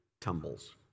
tumbles